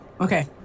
Okay